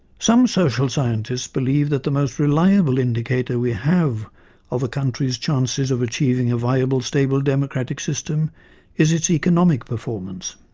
some social scientists believe that the most reliable indicator we have of a country's chances of achieving a viable, stable democratic system is its economic performance.